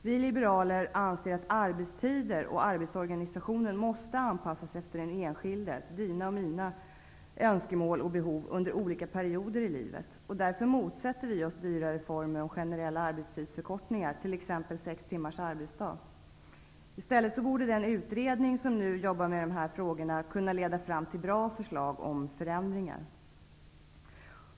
Vi liberaler anser att arbetstiderna och arbetsorganisationen måste anpassas efter den enskildes, dina och mina, önskemål och behov under olika perioder i livet. Därför motsätter vi oss dyra reformer om generell arbetstidsförkortning, exempelvis 6 timmars arbetsdag. I stället borde den utredning som nu arbetar med dessa frågor kunna leda fram till bra förslag till förändringar.